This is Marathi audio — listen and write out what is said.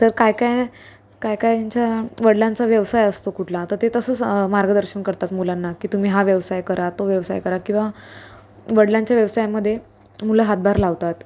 तर काय काय काय काहींच्या वडिलांचा व्यवसाय असतो कुठला तर ते तसंच मार्गदर्शन करतात मुलांना की तुम्ही हा व्यवसाय करा तो व्यवसाय करा किंवा वडिलांच्या व्यवसायामध्ये मुलं हातभार लावतात